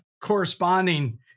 corresponding